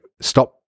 Stop